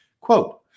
Quote